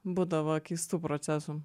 būdavo keistų procesų